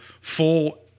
full